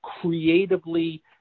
creatively